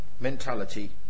mentality